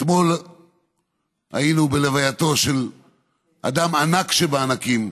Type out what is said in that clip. אתמול היינו בלווייתו של אדם ענק שבענקים,